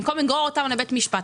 במקום לגרור אותם לבית משפט,